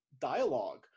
dialogue